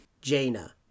Jaina